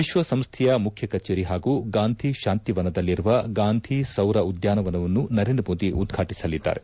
ವಿಶ್ವಸಂಸ್ಥೆಯ ಮುಖ್ಯ ಕಚೇರಿ ಪಾಗೂ ಗಾಂಧಿ ಶಾಂತಿವನದಲ್ಲಿರುವ ಗಾಂಧಿ ಸೌರ ಉದ್ಯಾನವನ್ನು ನರೇಂದ್ರ ಮೋದಿ ಉದ್ಯಾಟಸಲಿದ್ದಾರೆ